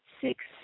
Six